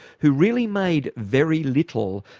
who really made very little